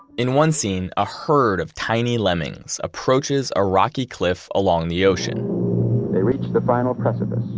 in one scene, a herd of tiny lemmings approaches a rocky cliff along the ocean they reach the final precipice.